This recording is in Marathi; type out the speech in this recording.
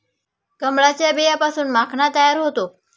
कमळाच्या बियांपासून माखणा तयार होतो